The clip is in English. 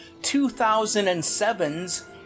2007's